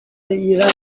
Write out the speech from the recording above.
ایران